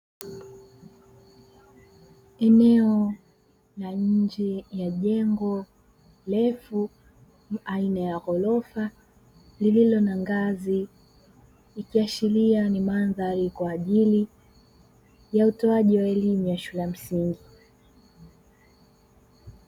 Eneo la nje ya jengo refu aina ya ghorofa lililo na ngazi, likiashiria ni mandhari kwa ajili ya utoaji wa elimu ya shule ya msingi.